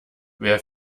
wer